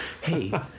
Hey